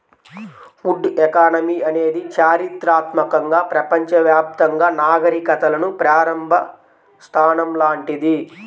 would economy అనేది చారిత్రాత్మకంగా ప్రపంచవ్యాప్తంగా నాగరికతలకు ప్రారంభ స్థానం లాంటిది